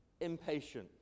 impatient